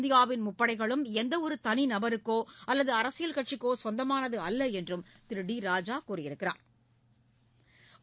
இந்தியாவின் முப்படைகளும் எந்தவொரு தனி நபருக்கோ அல்லது அரசியல் கட்சிக்கோ சொந்தமானது அல்ல என்றும் திரு டி ராஜா தெரிவித்தாா்